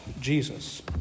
Jesus